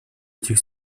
этих